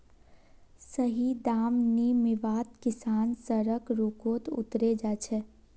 सही दाम नी मीवात किसान सड़क रोकोत उतरे जा छे